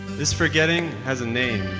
this forgetting has a name.